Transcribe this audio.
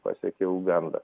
pasiekė ugandą